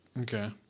Okay